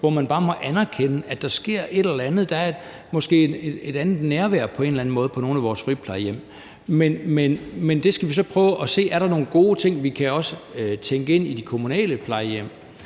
hvor man bare må anerkende, at der sker et eller andet. Der er måske et andet nærvær på en eller anden måde på nogle af vores friplejehjem. Men det skal vi så prøve at se på: Er der nogle gode ting, vi også kan tænke ind i de kommunale plejehjem?